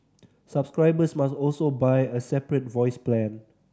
subscribers must also buy a separate voice plan